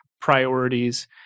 priorities